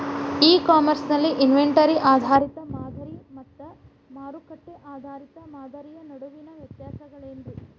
E commerce ನಲ್ಲಿ inventory ಆಧಾರಿತ ಮಾದರಿ ಮತ್ತ ಮಾರುಕಟ್ಟೆ ಆಧಾರಿತ ಮಾದರಿಯ ನಡುವಿನ ವ್ಯತ್ಯಾಸಗಳೇನ ರೇ?